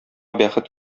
бәхет